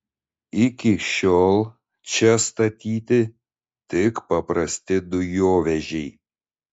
iki šiol čia statyti tik paprasti dujovežiai